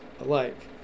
alike